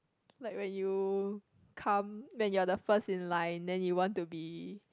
like when you come when you're the first in line then you want to be